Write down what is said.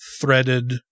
threaded